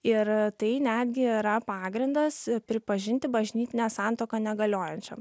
ir tai netgi yra pagrindas pripažinti bažnytinę santuoką negaliojančia